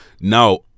now